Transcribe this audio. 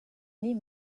nie